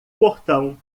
portão